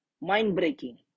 mind-breaking